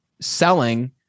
selling